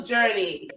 Journey